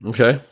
Okay